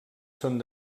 són